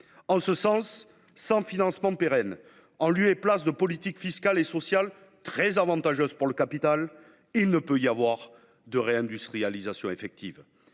En ce sens, sans financement pérenne en lieu et place de politiques fiscales et sociales très avantageuses pour le capital, il ne peut y avoir de réindustrialisation effective.